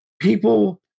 People